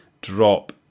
drop